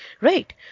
right